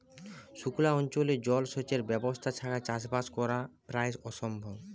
সুক্লা অঞ্চলে জল সেচের ব্যবস্থা ছাড়া চাষবাস করা প্রায় অসম্ভব